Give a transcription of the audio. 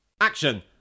Action